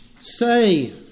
say